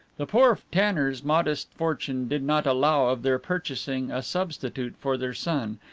the poor tanner's modest fortune did not allow of their purchasing a substitute for their son,